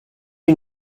you